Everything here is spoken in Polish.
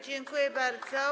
Dziękuję bardzo.